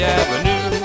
avenue